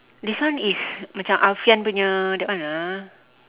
this one is macam alfian punya that one lah